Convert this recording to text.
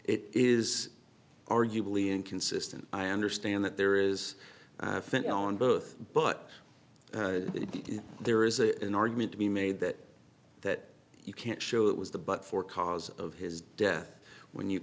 it is arguably inconsistent i understand that there is thin on both but there is a an argument to be made that that you can't show that was the but for cause of his death when you